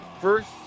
first